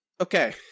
okay